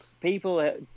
people